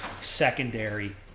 secondary